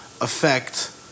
affect